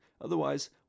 Otherwise